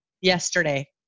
yesterday